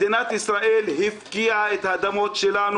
אני רוצה לבקש ממך.